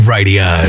Radio